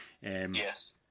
Yes